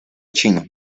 chino